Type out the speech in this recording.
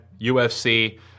UFC